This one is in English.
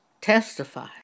testify